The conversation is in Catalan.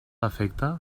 efecte